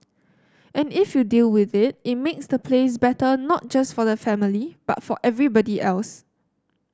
and if you deal with it it makes the place better not just for the family but for everybody else